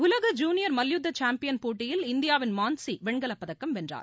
உலக ஜூனியர் மல்யுத்த சாம்பியன் போட்டியில் இந்தியாவின் மான்சி வெண்கலப்பதக்கம் வென்றார்